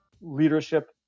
leadership